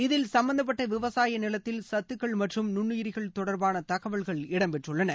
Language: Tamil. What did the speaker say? இதில் சும்பந்தப்பட்ட விவசாய நிலத்தில் சத்துக்கள் மற்றும் நுணனுாயிர்கள் தொடர்பான தகவல்கள் இடம்பெற்றுள்ளன